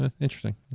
Interesting